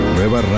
Nueva